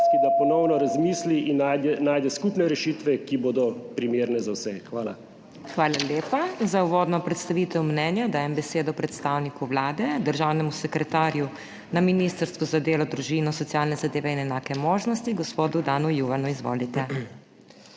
da ponovno razmisli in najde skupne rešitve, ki bodo primerne za vse. Hvala. **PODPREDSEDNICA MAG. MEIRA HOT:** Hvala lepa. Za uvodno predstavitev mnenja dajem besedo predstavniku Vlade, državnemu sekretarju na Ministrstvu za delo, družino, socialne zadeve in enake možnosti, gospodu Danu Juvanu. Izvolite.